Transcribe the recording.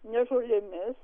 ne žolėmis